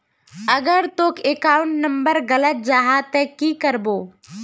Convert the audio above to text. अगर तोर account number गलत जाहा ते की करबो?